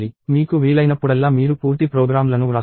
మీకు వీలైనప్పుడల్లా మీరు పూర్తి ప్రోగ్రామ్లను వ్రాస్తారు